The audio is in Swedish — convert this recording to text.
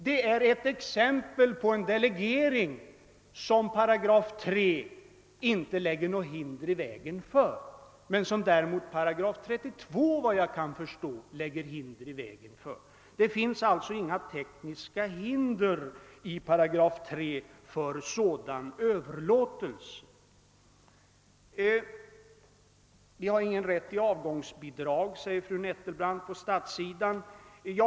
Det är ett exempel på den delegering som 3 8 inte lägger något hinder i vägen för — men som däremot 8 32 — vad jag kan förstå — förhindrar. Det finns alltså inga tekniska hinder i 3 8 för sådan överlåtelse. Det finns ingen rätt till avgångsbidrag på statssidan, säger fru Nettelbrandt.